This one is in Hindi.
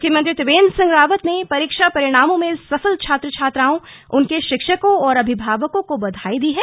मुख्यमंत्री त्रिवेन्द्र सिंह रावत ने परीक्षा परिणामों में सफल छात्र छात्राओं उनके शिक्षकों और अभिभावकों को बधाई दी है